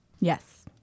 Yes